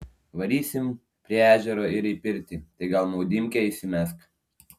varysim prie ežero ir į pirtį tai gal maudymkę įsimesk